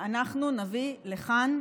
אנחנו נביא לכאן,